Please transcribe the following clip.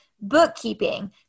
bookkeeping